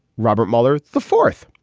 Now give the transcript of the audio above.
robert mueller, the fourth.